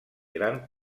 gran